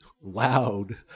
loud